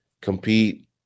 compete